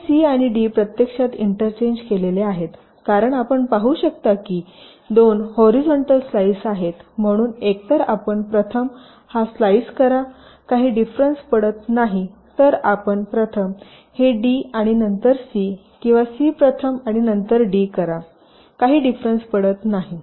तर हे सी आणि डी प्रत्यक्षात इंटरचेन्ज केलेले आहेत कारण आपण पाहू शकता की दोन हॉरीझॉन्टल स्लाइस आहेत म्हणून एकतर आपण प्रथम हा स्लाइस करा काही डिफरंस पडत नाही तर आपण प्रथम हे डी आणि नंतर सी किंवा सी प्रथम आणि नंतर डी करा काही डिफरंस पडत नाही